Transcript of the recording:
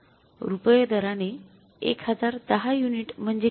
रुपये दराने १०१० युनिट म्हणजे किती